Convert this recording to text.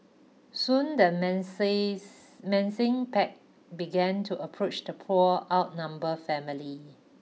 soon the menacing pack began to approach the poor outnumbered family